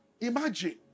Imagine